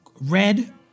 Red